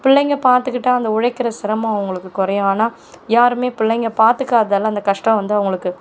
பிள்ளைங்க பாத்துக்கிட்டா அந்த உழைக்கிற சிரமம் அவங்களுக்கு குறையும் ஆனால் யாருமே பிள்ளைங்க பார்த்துக்காதால அந்த கஷ்டம் வந்து அவர்களுக்கு